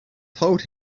told